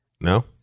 No